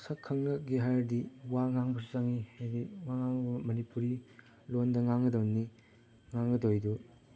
ꯁꯛ ꯈꯪꯅꯒꯦ ꯍꯥꯏꯔꯗꯤ ꯋꯥ ꯉꯥꯡꯕꯁꯨ ꯆꯪꯉꯤ ꯍꯥꯏꯗꯤ ꯋꯥ ꯉꯥꯡꯕ ꯃꯅꯤꯄꯨꯔꯤ ꯂꯣꯟꯗ ꯉꯥꯡꯒꯗꯣꯏꯅꯤ ꯉꯥꯡꯒꯗꯣꯏꯗꯣ